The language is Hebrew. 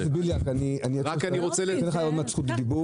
חבר הכנסת בליאק, אתן לך עוד מעט את זכות הדיבור.